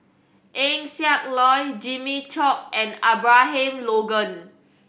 Eng Siak Loy Jimmy Chok and Abraham Logan